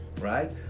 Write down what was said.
right